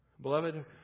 Beloved